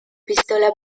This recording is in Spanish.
pistola